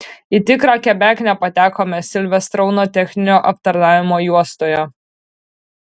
į tikrą kebeknę patekome silverstouno techninio aptarnavimo juostoje